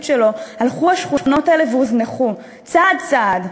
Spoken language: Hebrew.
שלו הלכו השכונות האלה והוזנחו צעד-צעד,